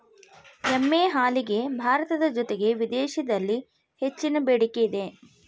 ಎಮ್ಮೆ ಹಾಲಿಗೆ ಭಾರತದ ಜೊತೆಗೆ ವಿದೇಶಿದಲ್ಲಿ ಹೆಚ್ಚಿನ ಬೆಡಿಕೆ ಇದೆ